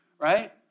right